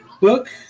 Book